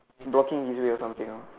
blocking his way or something ah